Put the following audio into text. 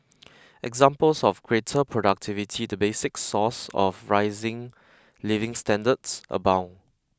examples of greater productivity the basic source of rising living standards abound